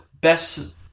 best